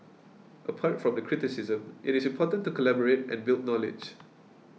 apart from the criticism it is important to collaborate and build knowledge